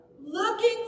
Looking